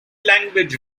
language